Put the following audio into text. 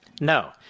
No